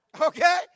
Okay